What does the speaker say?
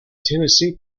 tennessee